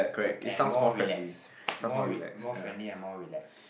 and more relax more more friendly and more relaxed